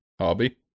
Hobby